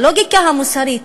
הלוגיקה המוסרית.